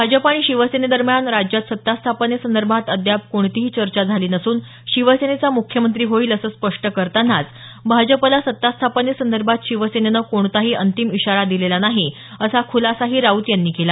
भाजप आणि शिवसेनेदरम्यान राज्यात सत्ता स्थापनेसंदर्भात अद्याप कोणतीही चर्चा झाली नसून शिवसेनेचा मुख्यमंत्री होईल असं स्पष्ट करतानाच भाजपला सत्ता स्थापनेसंदर्भात शिवसेनेनं कोणताही अंतिम इशारा दिलेला नाही असा खुलासाही राऊत यांनी केला